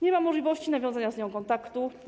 Nie ma możliwości nawiązania z nią kontaktu.